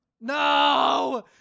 No